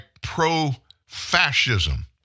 pro-fascism